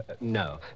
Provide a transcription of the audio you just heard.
no